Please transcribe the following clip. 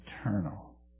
eternal